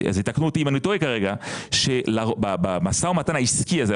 יתקנו אותי אם אני טועה שבמשא ומתן העסקי הזה,